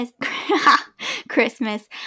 Christmas